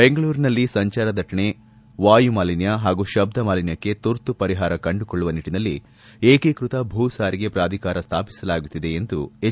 ಬೆಂಗಳೂರಿನಲ್ಲಿ ಸಂಚಾರ ದಟ್ಟಣೆ ವಾಯುಮಾಲಿನ್ಕ ಹಾಗೂ ಶಬ್ದಮಾಲಿನ್ಕಕ್ಕೆ ತುರ್ತು ಪರಿಹಾರ ಕಂಡುಕೊಳ್ಳುವ ನಿಟ್ಟನಲ್ಲಿ ಏಕೀಕೃತ ಭೂಸಾರಿಗೆ ಪ್ರಾಧಿಕಾರ ಸ್ಥಾಪಿಸಲಾಗುತ್ತಿದೆ ಎಂದು ಎಚ್